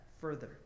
further